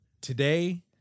today